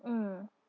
mm